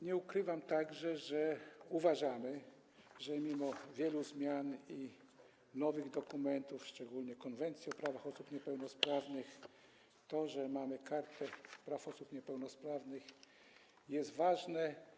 Nie ukrywam także, że uważamy, mimo że jest wiele zmian i nowych dokumentów, chodzi szczególnie o Konwencję o prawach osób niepełnosprawnych, że to, że mamy Kartę Praw Osób Niepełnosprawnych, jest ważne.